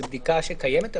זו בדיקה שקיימת?